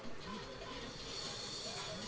Investment क का मतलब हो ला?